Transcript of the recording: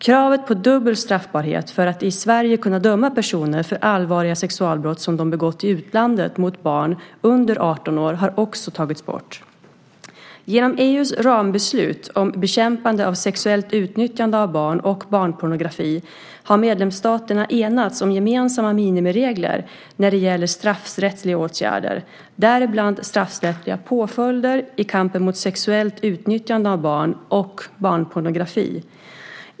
Kravet på dubbel straffbarhet för att i Sverige kunna döma personer för allvarliga sexualbrott som de begått i utlandet mot barn under 18 år har också tagits bort. Genom EU:s rambeslut om bekämpande av sexuellt utnyttjande av barn och barnpornografi har medlemsstaterna enats om gemensamma minimiregler när det gäller straffrättsliga åtgärder, däribland straffrättsliga påföljder, i kampen mot sexuellt utnyttjande av barn och barnpornografi.